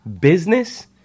business